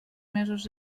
mesos